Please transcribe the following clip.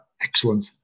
excellent